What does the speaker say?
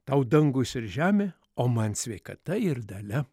tau dangus ir žemė o man sveikata ir dalia